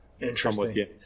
Interesting